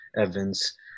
Evans